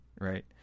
Right